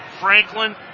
Franklin